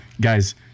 Guys